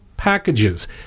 Packages